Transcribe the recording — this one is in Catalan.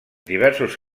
diversos